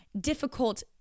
difficult